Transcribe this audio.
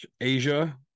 Asia